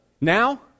now